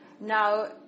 now